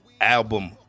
album